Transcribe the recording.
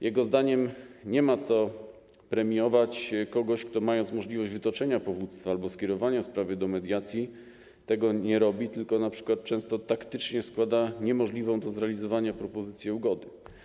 Jego zdaniem nie ma co premiować kogoś, kto mając możliwość wytoczenia powództwa albo skierowania sprawy do mediacji tego nie robi, tylko np. często taktycznie składa niemożliwą do zrealizowania propozycję ugody.